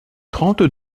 trente